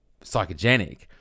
psychogenic